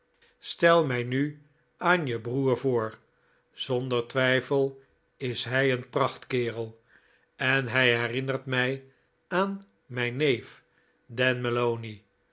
stel mij nu aan je broer voor zonder twijfel is hij een prachtkerel en hij herinnert mij aan mijn neef